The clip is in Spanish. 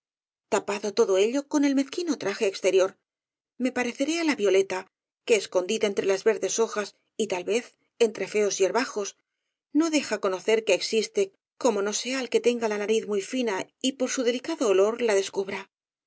tapado todo ello con el mezquino traje exterior me pareceré á la violeta que escondida entre las verdes hojas y tal vez entre feos yerbajos no deja conocer que existe como no sea al que tenga la nariz muy fina y pof su delicado olor la descubra